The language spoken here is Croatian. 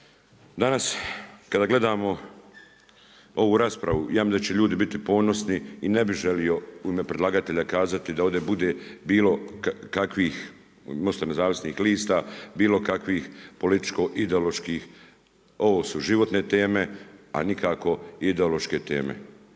Danas kada gledamo ovu raspravu, ja mislim da će ljudi biti ponosni i ne bih želio u ime predlagatelja kazati da ovdje bude bilo kakvih Most-a nezavisnih lista bilo kakvih političko ideoloških. Ovo su životne teme, a nikako ideološke teme.